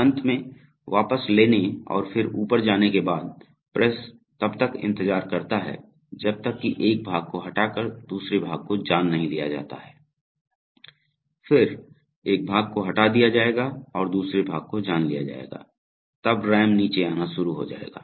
अंत में वापस लेने और फिर ऊपर जाने के बाद प्रेस तब तक इंतजार करता है जब तक कि एक भाग को हटा कर दूसरे भाग को जान नहीं लिया जाता है फिर एक भाग को हटा दिया जायेगा और दूसरे भाग को जान लिया जायेगा तब रैम नीचे आना शुरू हो जाएगा